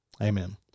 Amen